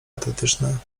patetyczne